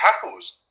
tackles